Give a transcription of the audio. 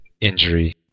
injury